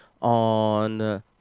on